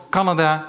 Canada